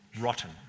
rotten